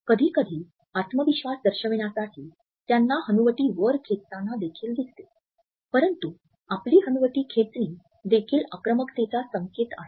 कधीकधी आत्मविश्वास दर्शविण्यासाठी त्यांना हनुवटी वर खेचताना देखील दिसते परंतु आपली हनुवटी खेचणे देखील आक्रमकतेचा संकेत आहे